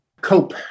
cope